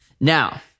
Now